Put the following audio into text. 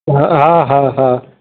हा हा हा हा